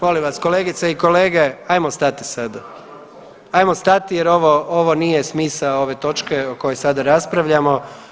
Molim vas kolegice i kolege ajmo stati sada, ajmo stati jer ovo, ovo nije smisao ove točke o kojoj sada raspravljamo.